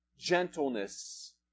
gentleness